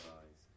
eyes